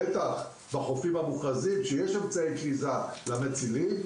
בוודאי בחופים המוכרזים שיש אמצעי כריזה למצילים.